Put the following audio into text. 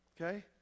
Okay